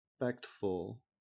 respectful